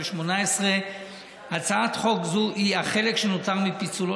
התשע"ח 2018. הצעת חוק זו היא החלק שנותר מפיצולו